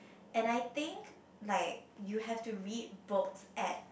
and I think like you have to read books at